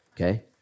Okay